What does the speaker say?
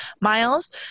miles